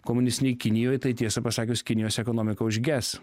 komunistinėj kinijoj tai tiesą pasakius kinijos ekonomika užges